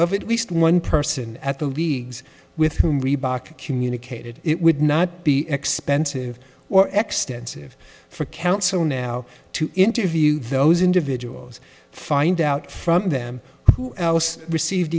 of it least one person at the leagues with whom reebok communicated it would not be expensive or extant sieve for counsel now to interview those individuals find out from them who else received